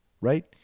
right